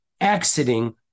exiting